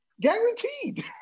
Guaranteed